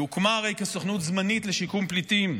היא הוקמה הרי כסוכנות זמנית לשיקום פליטים.